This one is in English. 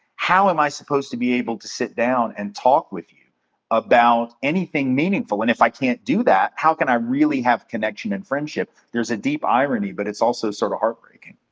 how am i supposed to be able to sit down and talk with you about anything meaningful? and if i can't do that, how can i really have connection and friendship? there's a deep irony, but it's also sorta heartbreaking.